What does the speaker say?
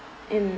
in